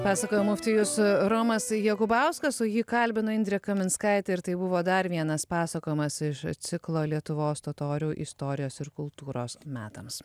pasakoja muftijus romas jakubauskas o jį kalbino indrė kaminskaitė ir tai buvo dar vienas pasakojimas iš ciklo lietuvos totorių istorijos ir kultūros metams